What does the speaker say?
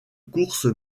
course